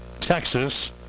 Texas